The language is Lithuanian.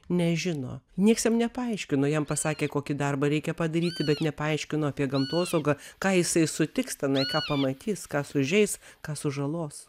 nežino nieks jam nepaaiškino jam pasakė kokį darbą reikia padaryti bet nepaaiškino apie gamtosaugą ką jisai sutiks tenai ką pamatys ką sužeis ką sužalos